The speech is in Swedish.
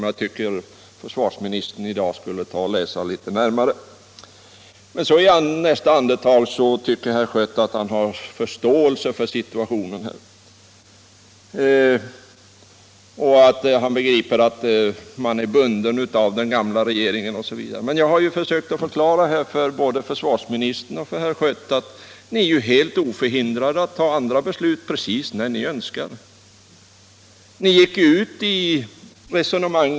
Jag tycker att försvarsministern i dag borde läsa motionen litet mer ingående. I nästa andetag tycker herr Schött att han har förståelse för situationen. Han förstår att man är bunden av den gamla regeringen osv. Men jag har ju försökt att förklara både för försvarsministern och för herr Schött att ni är helt oförhindrade att precis när ni önskar fatta andra beslut.